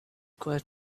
quite